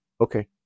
okay